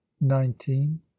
nineteen